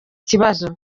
kibazo